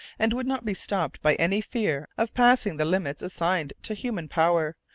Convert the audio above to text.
and would not be stopped by any fear of passing the limits assigned to human power,